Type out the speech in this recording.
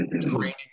training